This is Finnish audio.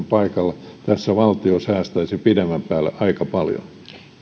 paikalla tässä valtio säästäisi pidemmän päälle aika paljon